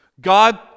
God